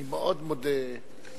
אני מאוד מודה לאדוני,